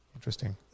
Interesting